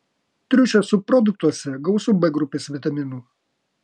triušio subproduktuose gausu b grupės vitaminų